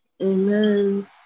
Amen